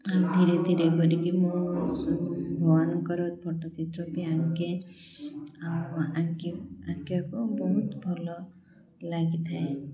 ଆଉ ଧୀରେ ଧୀରେ କରିକି ମୁଁ ଭଗବାନଙ୍କର ଫଟୋଚିତ୍ର ବି ଆଙ୍କେ ଆଉ ଆଙ୍କି ଆଙ୍କିବାକୁ ବହୁତ ଭଲ ଲାଗିଥାଏ